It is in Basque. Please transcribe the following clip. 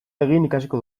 ikasiko